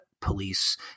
police